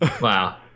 Wow